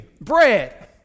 bread